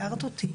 הערת אותי,